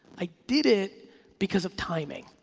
i did it because of timing,